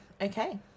Okay